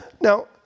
Now